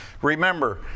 Remember